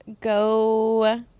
go